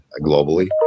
globally